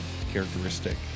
characteristic